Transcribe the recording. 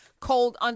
cold